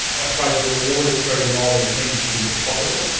i suppose, are rewarded for enrolling as many students as possible,